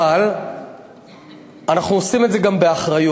אבל אנחנו עושים את זה גם באחריות,